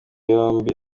yombi